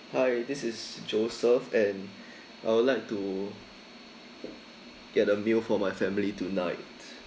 hi this is joseph and I would like to get a meal for my family tonight